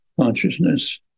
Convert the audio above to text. consciousness